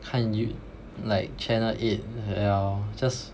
看 yo~ like Channel Eight or just